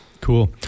Cool